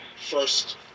first